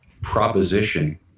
proposition